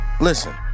Listen